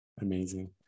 Amazing